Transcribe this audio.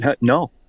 No